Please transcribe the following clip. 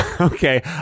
Okay